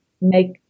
make